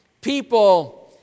people